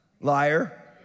liar